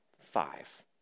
five